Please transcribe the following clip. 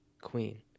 Queen